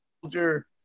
soldier